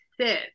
sit